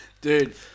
Dude